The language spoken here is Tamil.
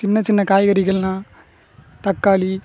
சின்ன சின்ன காய்கறிகள்னா தக்காளி